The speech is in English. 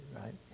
right